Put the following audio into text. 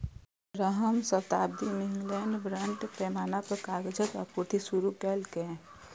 पंद्रहम शताब्दीक अंत मे इंग्लैंड बड़ पैमाना पर कागजक आपूर्ति शुरू केलकै